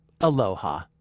Aloha